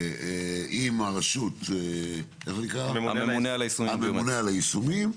עם הממונה על היישומים,